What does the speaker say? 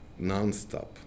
nonstop